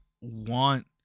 want